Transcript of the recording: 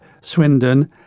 Swindon